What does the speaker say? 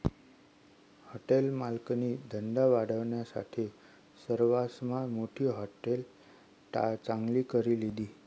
hotel मालकनी धंदा वाढावानासाठे सरवासमा मोठी हाटेल चांगली करी लिधी